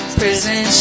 prison